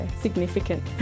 significant